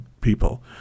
people